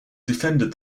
defended